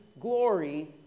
glory